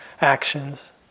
actions